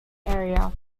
area